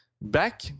back